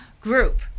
group